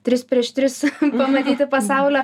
tris prieš tris pamatyti pasaulio